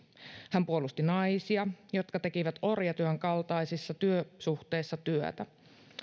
hän puolusti naisia jotka tekivät orjatyön kaltaisissa työsuhteissa työtä